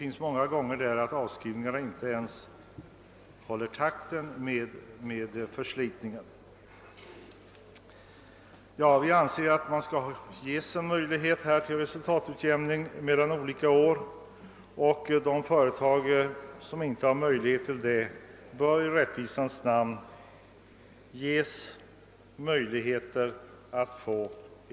Många gånger är det så att avskrivningarna inte ens håller takten med förslitningen. Vi anser att det bör ges en möjlighet till resultatutjämning mellan olika år för att åstadkomma en rättvisare beskattning. Herr talman!